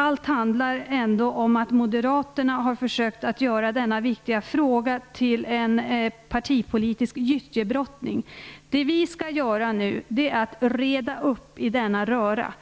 Allt handlar ändå om att moderaterna har försökt att göra denna viktiga fråga till en partipolitisk gyttjebrottning. Det som vi nu skall göra är att reda upp i denna röra.